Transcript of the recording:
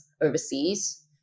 overseas